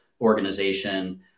organization